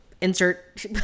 insert